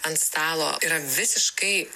ant stalo yra visiškai